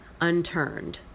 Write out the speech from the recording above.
unturned